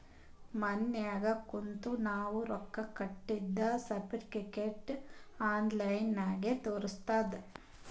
ಮನ್ಯಾಗ ಕುಂತೆ ನಾವ್ ರೊಕ್ಕಾ ಕಟ್ಟಿದ್ದ ಸರ್ಟಿಫಿಕೇಟ್ ಆನ್ಲೈನ್ ನಾಗೆ ತೋರಸ್ತುದ್